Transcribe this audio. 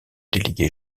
délégué